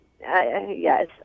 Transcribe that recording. Yes